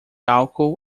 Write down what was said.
álcool